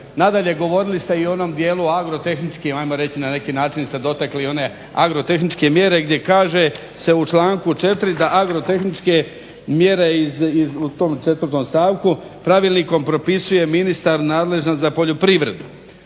Nadalje, govorili ste i o onom dijelu agrotehničkim, ajmo reći na neki način ste dotakli i one agrotehničke mjere gdje kaže se u članku 4. :"Da agrotehničke mjere, u tom 4. stavku pravilnikom propisuje ministar nadležan za poljoprivredu."